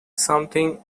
something